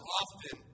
often